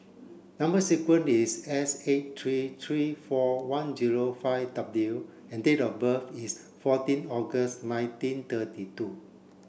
number sequence is S eight three three four one zero five W and date of birth is fourteen August nineteen thirty two